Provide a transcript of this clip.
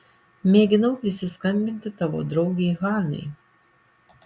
mėginau prisiskambinti tavo draugei hanai